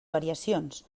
variacions